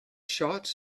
shots